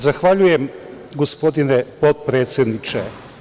Zahvaljujem, gospodine potpredsedniče.